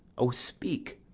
o, speak!